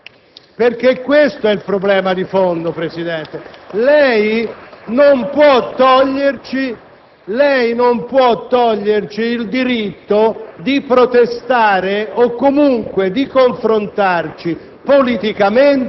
Non è questo ciò che noi vogliamo mettere in evidenza. Noi speravamo che i senatori a vita avessero sempre anche le stesse idee.